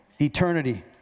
Eternity